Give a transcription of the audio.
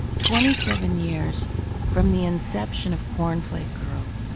twenty seven years from the inception of cornflake girl,